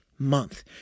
Month